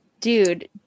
Dude